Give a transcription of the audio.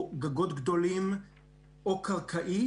גגות גדולים או קרקעית,